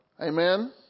Amen